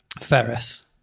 Ferris